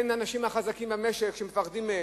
מהאנשים החזקים במשק מפחדים,